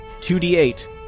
2d8